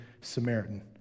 Samaritan